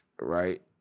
Right